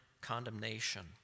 condemnation